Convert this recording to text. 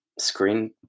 screen